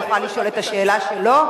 יוכל לשאול את השאלה שלו,